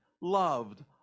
loved